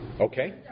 Okay